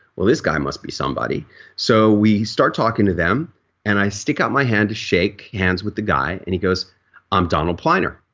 well this guy must be somebody. so we start talking to them and i stick out my hand to shake hands with the guy and he goes i'm donald pliner,